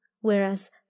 whereas